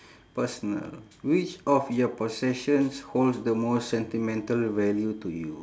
personal which of your possessions holds the most sentimental value to you